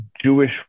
Jewish